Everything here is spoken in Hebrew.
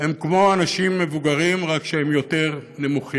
הם כמו אנשים מבוגרים, רק שהם יותר נמוכים.